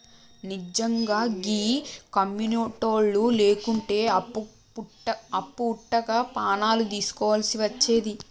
నిజ్జంగా గీ కమ్యునిటోళ్లు లేకుంటే అప్పు వుట్టక పానాలు దీస్కోవల్సి వచ్చేది